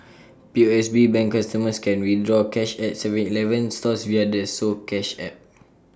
P O S B bank customers can withdraw cash at Seven Eleven stores via the soCash app